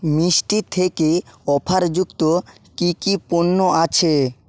মিষ্টি থেকে অফার যুক্ত কি কি পণ্য আছে